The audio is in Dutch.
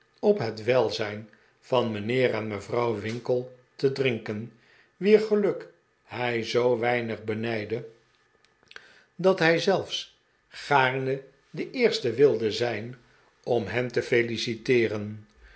op het welzijn van mijnheer en mevrouw winkle te drinken wier geluk hij zoo weinig benijdde dat hij zelfs gaarne de eerste wilde zijn om hen te feliciteeren